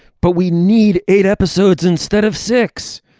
but we need eight episodes instead of six.